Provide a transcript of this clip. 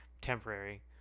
temporary